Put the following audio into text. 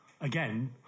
again